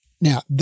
now